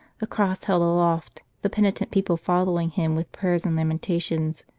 the cross held aloft, the penitent people following him with prayers and lamentations,